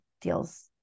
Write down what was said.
deals